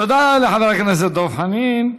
תודה לחבר הכנסת דב חנין.